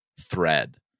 thread